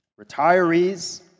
retirees